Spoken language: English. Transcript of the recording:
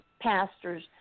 pastors